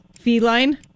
Feline